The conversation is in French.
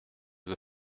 veut